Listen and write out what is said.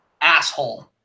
asshole